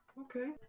Okay